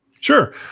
Sure